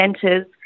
centres